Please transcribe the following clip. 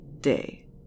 day